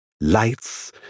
lights